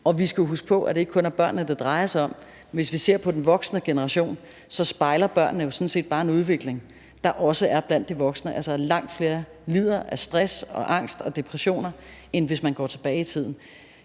Og vi skal huske på, at det ikke kun drejer sig om børnene. Hvis vi ser på den voksne generation, spejler børnene sådan set bare en udvikling, der også er blandt de voksne. Der er langt flere nu, der lider af stress, angst og depressioner, end hvis vi går tilbage i tiden.